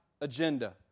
agenda